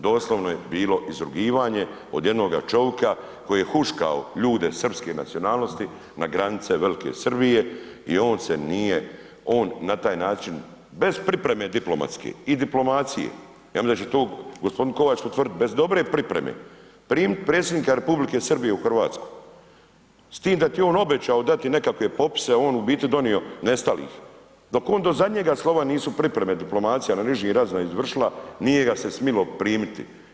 Doslovno je bilo izrugivanje od jednoga čovjeka koji je huškao ljude srpske nacionalnosti na granice Velike Srbije i on se nije, on na taj način, bez pripreme diplomatske i diplomacije, ja mislim da će to g. Kovač potvrditi, bez dobre pripreme primit predsjednika R. Srbije u Hrvatsku, s time da je on obećao dati nekakve popise, a on u biti donio, nestalih, dok on do zadnjega slova nisu pripreme, diplomacija ... izvršila, nije ga se smjelo primiti.